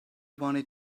wanted